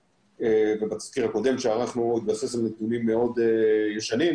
ובתסקיר הקודם שערכנו התבסס על נתונים מאוד ישנים,